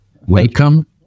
welcome